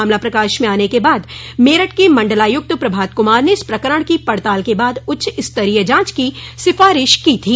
मामला प्रकाश में आने के बाद मेरठ के मंडलायूक्त प्रभात कुमार ने इस प्रकरण की पड़ताल के बाद उच्चस्तरीय जांच की सिफारिश की थी